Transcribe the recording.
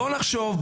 בואו נחשוב,